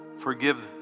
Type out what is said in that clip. Forgive